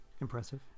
impressive